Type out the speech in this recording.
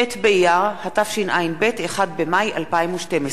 ט' באייר התשע"ב, 1 במאי 2012,